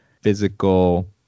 physical